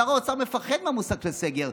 שר האוצר מפחד מהמושג סגר,